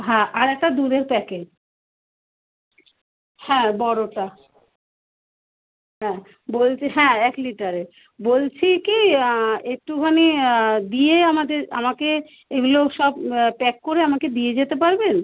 হ্যাঁ আর একটা দুধের প্যাকেট হ্যাঁ বড়টা হ্যাঁ বলছি হ্যাঁ এক লিটারের বলছি কি একটুখানি দিয়ে আমাদের আমাকে এইগুলো সব প্যাক করে আমাকে দিয়ে যেতে পারবেন